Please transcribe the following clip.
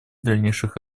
дальнейших